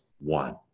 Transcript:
one